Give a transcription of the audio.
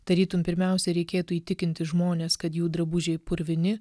tarytum pirmiausia reikėtų įtikinti žmones kad jų drabužiai purvini